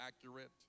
accurate